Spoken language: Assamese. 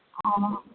অঁ